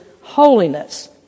holiness